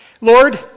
Lord